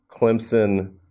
Clemson